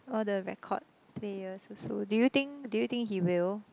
all the record players also do you think do you think he will